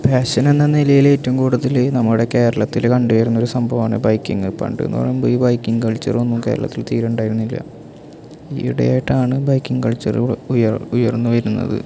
passion എന്ന നിലയിൽ ഏറ്റവും കൂടുതൽ നമ്മുടെ കേരളത്തിൽ കണ്ടു വരുന്നൊരു സംഭവമാണ് ബൈക്കിങ്ങ് പണ്ടെന്ന് പറയുമ്പോൾ ഈ ബൈക്ക് കൾച്ചർ ഒന്നും കേരളത്തിൽ തീരെ ഉണ്ടായിരുന്നില്ല ഈയിടെ ആയിട്ടാണ് ബൈക്കിങ് കൾച്ചറ് ഉയർന്ന് വരുന്നത്